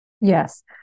Yes